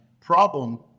problem